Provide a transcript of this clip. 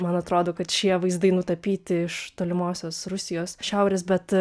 man atrodo kad šie vaizdai nutapyti iš tolimosios rusijos šiaurės bet